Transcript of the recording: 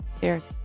Cheers